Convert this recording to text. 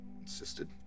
insisted